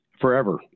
forever